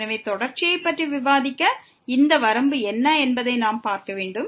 எனவே தொடர்ச்சியைப் பற்றி விவாதிக்க இதன் வரம்பு என்ன என்பதை நாம் பார்க்க வேண்டும்